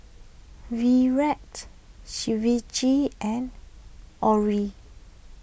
Virat Shivaji and Alluri